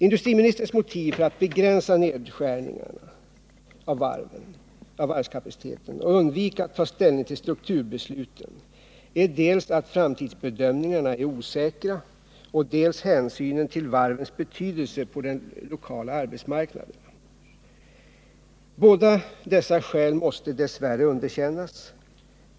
Industriministerns motiv för att begränsa nedskärningarna av varvskäpaciteten och undvika att ta ställning till strukturbesluten är dels att framtidsbedömningarna är osäkra, dels hänsynen till varvens betydelse på de lokala arbetsmarknaderna. Båda dessa skäl måste dess värre underkännas.